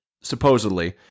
supposedly